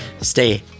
stay